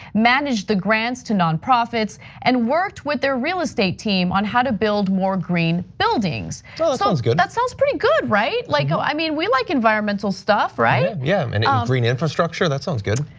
manage the grants to nonprofits and worked with their real estate team on how to build more green buildings. that so sounds good. that sounds pretty good, right? like ah i mean, we like environmental stuff, right? yeah, and um green infrastructure, that sounds good.